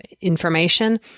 information